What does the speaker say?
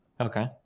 Okay